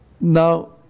Now